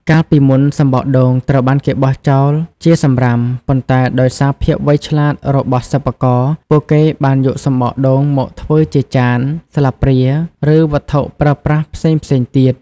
កាលពីមុន សំបកដូងត្រូវបានគេបោះចោលជាសំរាម ប៉ុន្តែដោយសារភាពវៃឆ្លាតរបស់សិប្បករ ពួកគេបានយកសម្បកដូងមកធ្វើជាចាន ស្លាបព្រា ឬវត្ថុប្រើប្រាស់ផ្សេងៗទៀត។